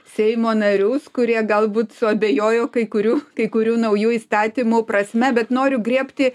seimo narius kurie galbūt suabejojo kai kurių kai kurių naujų įstatymų prasme bet noriu griebti